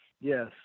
Yes